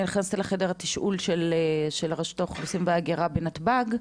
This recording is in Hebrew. אני נכנסתי לחדר התשאול של רשות האוכלוסין וההגירה בנתב"ג,